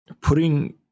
Putting